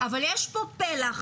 אבל יש פה פלח.